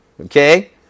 Okay